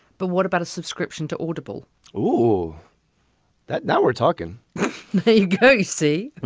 but what about a subscription to audible or that now we're talking there you go. you see,